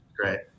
Great